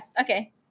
Okay